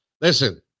Listen